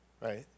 right